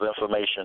information